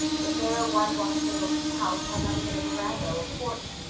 the bare whitewashed little house had not even a veranda or porch.